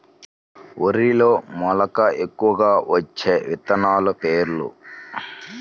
వరిలో మెలక ఎక్కువగా వచ్చే విత్తనాలు పేర్లు?